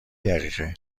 دقیقه